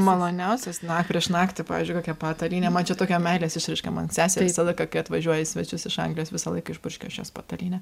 maloniausias na prieš naktį pavyzdžiui kokią patalynę man čia tokia meilės išraiška man sesė visą laiką kai atvažiuoja į svečius iš anglijos visąlaik išpurškiu aš jos patalynę